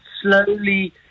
slowly